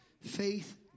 faith